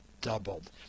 doubled